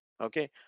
okay